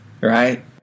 right